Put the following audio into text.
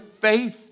faith